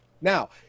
Now